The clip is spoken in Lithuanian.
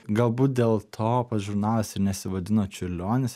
galbūt dėl to pats žurnalas ir nesivadino čiurlionis